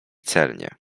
celnie